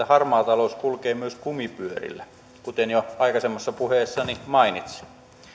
harmaa talous kulkee myös kumipyörillä kuten jo aikaisemmassa puheessani mainitsin